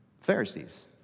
Pharisees